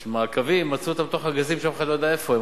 את המעקבים ומצאו אותם בתוך ארגזים שאף אחד לא ידע איפה הם.